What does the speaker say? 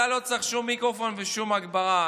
אתה לא צריך שום מיקרופון ושום הגברה,